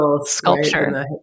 sculpture